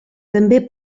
també